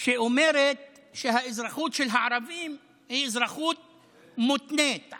שאומרת שהאזרחות של הערבים היא אזרחות מותנית,